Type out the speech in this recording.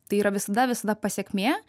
tai yra visada visada pasekmė